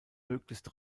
möglichst